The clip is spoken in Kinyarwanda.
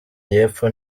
y’epfo